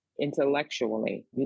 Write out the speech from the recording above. intellectually